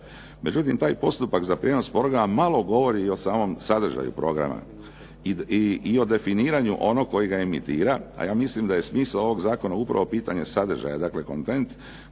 Međutim, taj postupak za prijenos programa malo govori i o samom sadržaju programa i o definiranju onog koji ga emitira, a ja mislim da je smisao ovog zakona upravo pitanje sadržaja, dakle kontent,